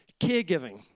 Caregiving